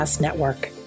Network